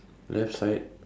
left side